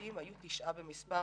הממשלתיים היו תשעה במספר